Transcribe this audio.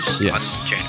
Yes